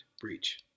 Breach